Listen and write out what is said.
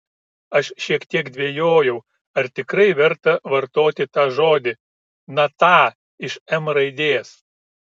aš šiek tiek dvejojau ar tikrai verta vartoti tą žodį na tą iš m raidės